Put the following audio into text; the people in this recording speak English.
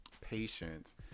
patience